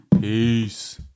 Peace